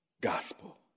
gospel